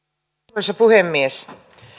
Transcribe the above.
arvoisa puhemies